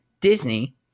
disney